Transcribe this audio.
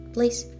Please